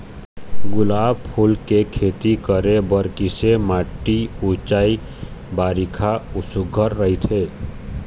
गुलाब फूल के खेती करे बर किसे माटी ऊंचाई बारिखा सुघ्घर राइथे?